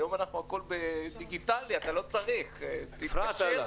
היום הכול דיגיטלי, אתה לא צריך להגיע.